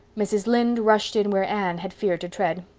mrs. lynde rushed in where anne had feared to tread.